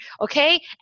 okay